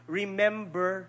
remember